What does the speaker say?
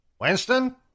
Winston